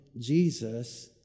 Jesus